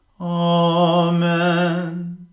Amen